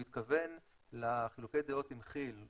הוא התכוון לחילוקי הדעות עם כיל,